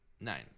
nine